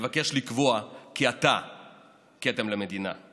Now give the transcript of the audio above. מבקש לקבוע כי אתה כתם למדינה.